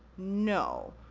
no.